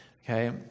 Okay